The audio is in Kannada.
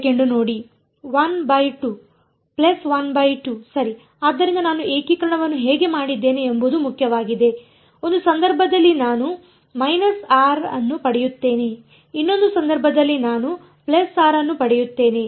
ಸರಿ ಆದ್ದರಿಂದ ನಾನು ಏಕೀಕರಣವನ್ನು ಹೇಗೆ ಮಾಡಿದ್ದೇನೆ ಎಂಬುದು ಮುಖ್ಯವಾಗಿದೆ ಒಂದು ಸಂದರ್ಭದಲ್ಲಿ ನಾನು ಅನ್ನು ಪಡೆಯುತ್ತೇನೆ ಇನ್ನೊಂದು ಸಂದರ್ಭದಲ್ಲಿ ನಾನು ಅನ್ನು ಪಡೆಯುತ್ತೇನೆ